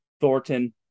Thornton